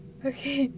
okay